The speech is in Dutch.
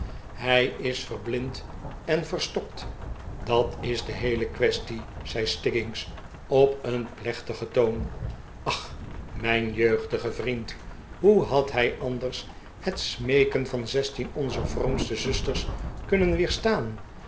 hij is verblind en verstokt dat is de heele kwestie zei stiggins op een plechtigen toon ach mijn jeugdige vriend hoe had hij anders het smeeken van zestien onzer vroomste zusters kunnen